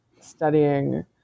studying